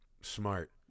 smart